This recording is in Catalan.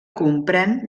comprèn